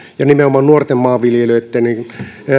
ja nimenomaan nuorten maanviljelijöitten